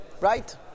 Right